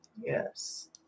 yes